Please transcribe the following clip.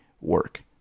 work